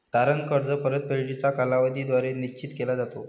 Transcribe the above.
तारण कर्ज परतफेडीचा कालावधी द्वारे निश्चित केला जातो